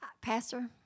Pastor